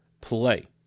play